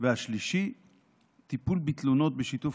להלן תוצאות